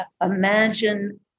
Imagine